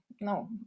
No